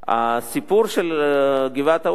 הסיפור של גבעת-האולפנה,